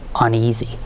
uneasy